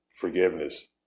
forgiveness